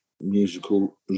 Musical